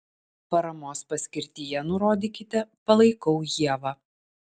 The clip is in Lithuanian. paramos paskirtyje nurodykite palaikau ievą